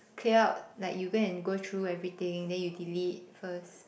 clear up like you go and go through everything then you delete first